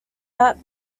that